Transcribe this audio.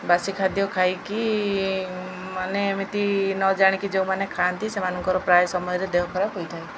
ବାସି ଖାଦ୍ୟ ଖାଇକି ମାନେ ଏମିତି ନ ଜାଣିକି ଯେଉଁମାନେ ଖାଆନ୍ତି ସେମାନଙ୍କର ପ୍ରାୟ ସମୟରେ ଦେହ ଖରାପ ହୋଇଥାନ୍ତି